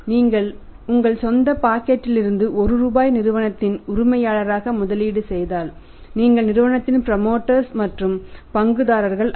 நீங்கள் உங்கள் சொந்த பாக்கெட்டிலிருந்து 1 ரூபாயை நிறுவனத்தின் உரிமையாளராக முதலீடு செய்தால் நீங்கள் நிறுவனத்தின் ப்ரமோடர் மற்றும் பங்குதாரர்கள் ஆவர்